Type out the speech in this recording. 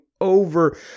over